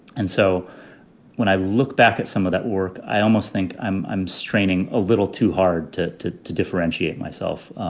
and so when i look back at some of that work, i almost think i'm i'm straining a little too hard to to differentiate myself.